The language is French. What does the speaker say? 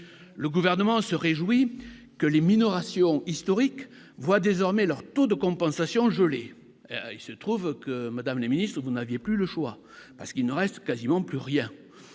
le gouvernement se réjouit que les minoration historiques voient désormais leur taux de compensation, joli, il se trouve que Madame la Ministre, vous n'aviez plus le choix parce qu'il ne reste quasiment plus rien,